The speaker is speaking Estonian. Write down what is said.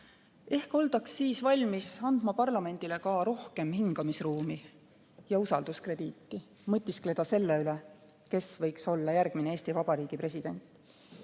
ehk oldaks siis valmis andma parlamendile ka rohkem hingamisruumi ja usalduskrediiti mõtiskleda selle üle, kes võiks olla järgmine Eesti Vabariigi president.